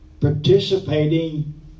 participating